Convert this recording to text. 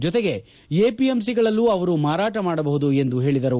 ಜೊತೆಗೆ ಎಪಿಎಂಸಿಗಳಲ್ಲೂ ಅವರು ಮಾರಾಟ ಮಾಡಬಹುದು ಎಂದು ತಿಳಿಸಿದರು